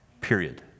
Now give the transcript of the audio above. Period